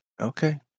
Okay